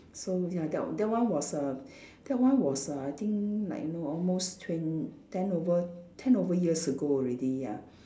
so ya that that one was err that one was uh I think like you know almost twen~ ten over ten over years ago already ya